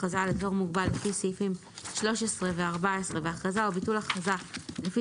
הכרזה על אזור מוגבל לפי סעיפים 13 ו-14 והכרזה או ביטול הכרזה לפי